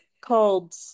called